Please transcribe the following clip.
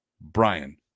Brian